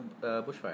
bushfire